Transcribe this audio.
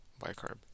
bicarb